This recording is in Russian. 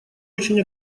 очень